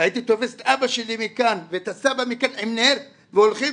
הייתי תופס את אבא שלי מכאן ואת סבא שלי מכאן עם נר והולכים